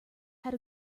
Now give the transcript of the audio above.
had